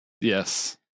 yes